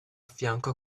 affianco